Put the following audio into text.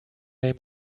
name